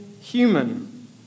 human